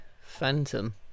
Phantom